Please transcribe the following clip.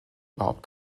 überhaupt